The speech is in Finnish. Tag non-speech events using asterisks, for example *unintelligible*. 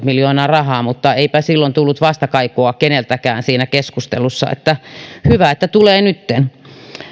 *unintelligible* miljoonaa rahaa mutta eipä silloin tullut vastakaikua keneltäkään siinä keskustelussa hyvä että tulee nytten